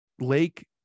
lake